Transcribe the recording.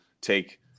take